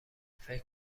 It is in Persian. فکر